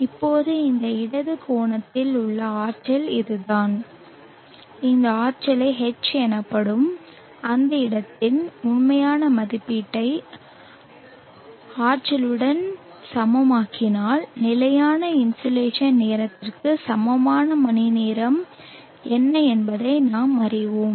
இப்போது இந்த இடது கோணத்தில் உள்ள ஆற்றல் இதுதான் இந்த ஆற்றலை H எனப்படும் அந்த இடத்தில் உண்மையான மதிப்பிடப்பட்ட ஆற்றலை ஆற்றலுடன் சமமாக்கினால் நிலையான இன்சோலேஷன் நேரத்திற்கு சமமான மணிநேரம் என்ன என்பதை நாம் அறிவோம்